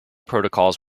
protocols